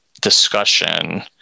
discussion